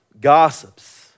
gossips